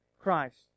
Christ